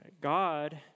God